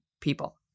people